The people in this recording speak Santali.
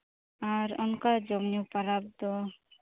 ᱟᱨ ᱚᱱᱠᱟ ᱡᱚᱢᱼᱧᱩ ᱯᱟᱨᱟᱵᱽ ᱫᱚ